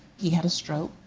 he had a stroke.